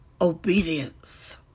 obedience